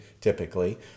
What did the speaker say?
typically